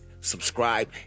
subscribe